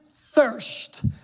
thirst